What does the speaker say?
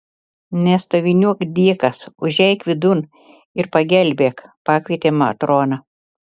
nestoviniuok dykas užeik vidun ir pagelbėk pakvietė matrona